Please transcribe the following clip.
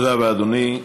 תודה רבה, אדוני.